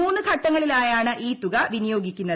മൂന്നു ഘട്ടങ്ങളിലായാണ് ഈ തുക വിനിയോഗിക്കുന്നത്